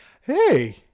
Hey